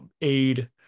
aid